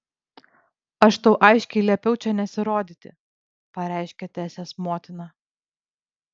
aš tau aiškiai liepiau čia nesirodyti pareiškė tesės motina